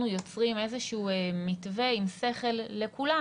יוצרים איזה שהוא מתווה עם שכל לכולם,